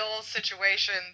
situation